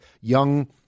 young